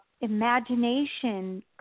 imagination